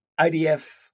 IDF